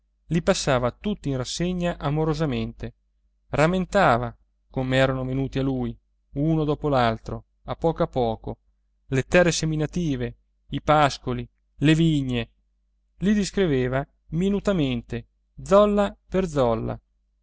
li passava tutti in rassegna amorosamente rammentava come erano venuti a lui uno dopo l'altro a poco a poco le terre seminative i pascoli le vigne li descriveva minutamente zolla per zolla